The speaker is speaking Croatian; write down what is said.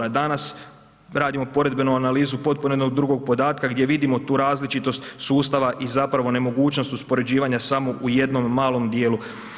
A danas radimo poredbenu analizu potpuno jednog drugog podatka gdje vidimo tu različitost sustava i zapravo nemogućnost uspoređivanja samo u jednom malom dijelu.